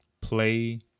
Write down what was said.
play